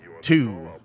Two